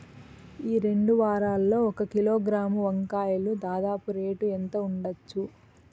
ఈ రెండు వారాల్లో ఒక కిలోగ్రాము వంకాయలు దాదాపు రేటు ఎంత ఉండచ్చు?